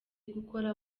gukora